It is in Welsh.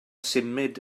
symud